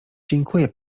dziękuję